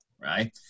right